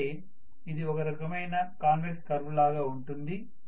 అంటే ఇది ఒక రకమైన కాన్వెక్స్ కర్వ్ లాగా ఉంటుంది